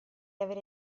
avere